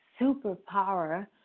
superpower